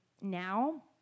now